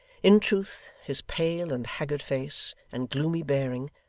in truth his pale and haggard face, and gloomy bearing,